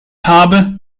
habe